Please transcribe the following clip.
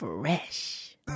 Fresh